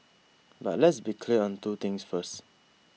but let's be clear on two things first